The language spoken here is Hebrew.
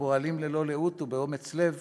הפועלים ללא לאות ובאומץ לב